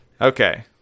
Okay